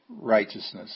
righteousness